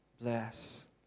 bless